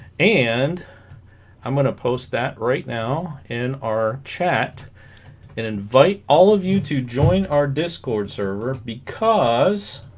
and i'm gonna post that right now in our chat and invite all of you to join our discord server because